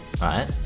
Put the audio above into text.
right